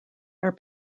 are